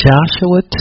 Joshua